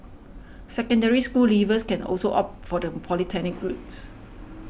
Secondary School leavers can also opt for the polytechnic route